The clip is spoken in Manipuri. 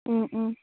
ꯎꯝ ꯎꯝ